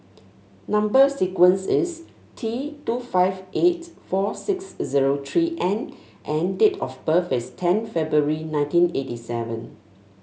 number sequence is T two five eight four six zero three N and date of birth is ten February nineteen eighty seven